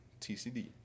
TCD